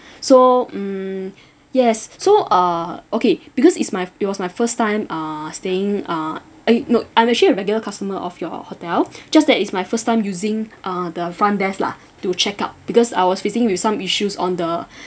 so mm yes so uh okay because it's my it was my first time err staying uh eh no I'm actually a regular customer of your hotel just that it's my first time using uh the front desk lah to check out because I was facing with some issues on the